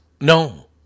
No